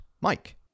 Mike